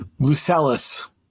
Lucellus